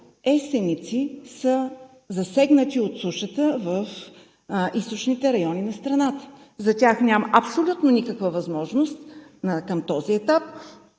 есенници са засегнати от сушата в източните райони на страната. За тях няма абсолютно никаква възможност на този етап